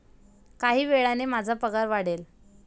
काही वेळाने माझा पगार वाढेल